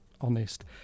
honest